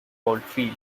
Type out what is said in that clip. coldfield